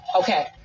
Okay